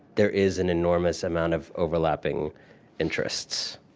there is an enormous amount of overlapping interests.